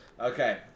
Okay